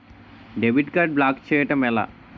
Debit card block చేయటం ఎలా?